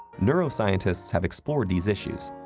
neuroscientists have explored these issues,